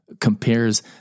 compares